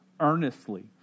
earnestly